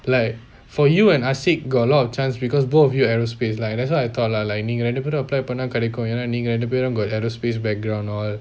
like for you and ahfiq got a lot of chance because both of you aerospace like that's why I thought lah நீங்க ரெண்டு பேரும்neenga rendu paerum apply பன்னா கிடைக்கும் என்ன நீங்க ரெண்டு பேரும்:panna kedikum enna nenga rendu paerum aerospace background all